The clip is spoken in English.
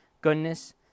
goodness